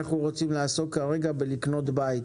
אנו רוצים לעסוק כרגע בקניית בית.